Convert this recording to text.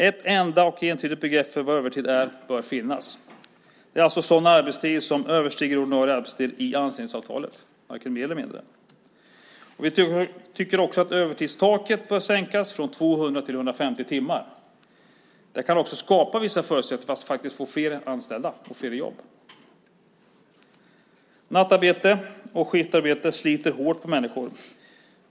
Ett enda och entydigt begrepp för vad övertid är bör finnas. Det är alltså sådan arbetstid som överstiger ordinarie arbetstid i anställningsavtalet, varken mer eller mindre. Vi tycker också att övertidstaket bör sänkas från 200 till 150 timmar. Det kan också skapa vissa förutsättningar för fler jobb. Nattarbete och skiftarbete sliter hårt på människor.